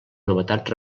novetats